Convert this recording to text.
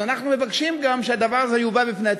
אז אנחנו מבקשים גם שהדבר הזה יובא בפני הציבור,